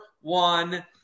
one